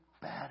better